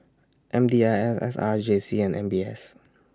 M D I S S R J C and M B S